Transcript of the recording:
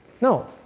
No